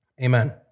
Amen